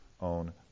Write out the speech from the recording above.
own